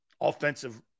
Offensive